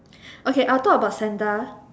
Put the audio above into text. okay I will talk about Santa